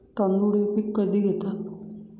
तांदूळ हे पीक कधी घेतात?